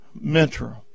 mentor